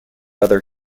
other